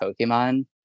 Pokemon